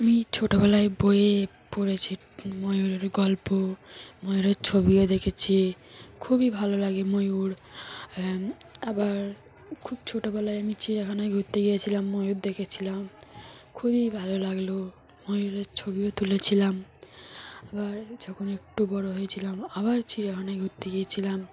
আমি ছোটবেলায় বইয়ে পড়েছি ময়ূরের গল্প ময়ূরের ছবিও দেখেছি খুবই ভালো লাগে ময়ূর আবার খুব ছোটবেলায় আমি চিড়িয়াখানায় ঘুরতে গিয়েছিলাম ময়ূর দেখেছিলাম খুবই ভালো লাগল ময়ূরের ছবিও তুলেছিলাম আবার যখন একটু বড় হয়েছিলাম আবার চিড়িয়াখানায় ঘুরতে গিয়েছিলাম